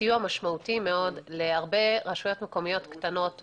סיוע משמעותי מאוד להרבה רשויות מקומיות קטנות וחלשות,